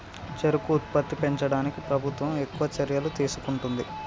చెరుకు ఉత్పత్తి పెంచడానికి ప్రభుత్వం ఎక్కువ చర్యలు తీసుకుంటుంది